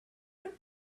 what